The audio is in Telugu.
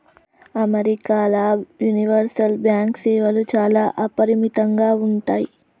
అమెరికాల యూనివర్సల్ బ్యాంకు సేవలు చాలా అపరిమితంగా ఉంటయ్